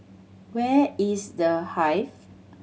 where is The Hive